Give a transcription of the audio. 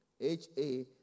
H-A